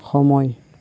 সময়